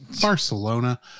barcelona